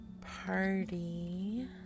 party